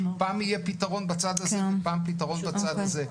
פעם יהיה פתרון בצד הזה ופעם פתרון בצד הזה.